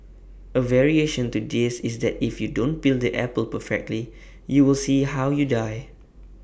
A variation to this is that if you don't peel the apple perfectly you will see how you die